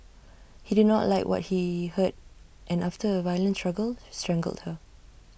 he did not like what he heard and after A violent struggle strangled her